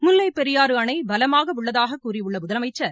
முல்லைப்பெரியாறு அணை பலமாக உள்ளதாக கூறியுள்ள முதலமைச்சர்